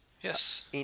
yes